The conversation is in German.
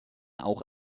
auch